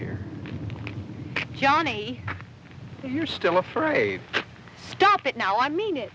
here johnny you're still afraid to stop it now i mean it